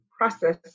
process